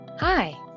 Hi